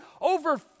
Over